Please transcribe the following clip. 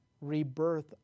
rebirth